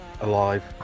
Alive